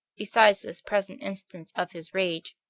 besides this present instance of his rage,